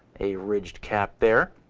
a ridged cap there.